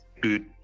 good